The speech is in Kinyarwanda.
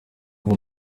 kuva